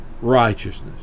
righteousness